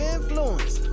influence